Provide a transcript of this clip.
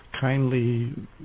kindly